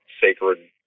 sacred